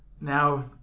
Now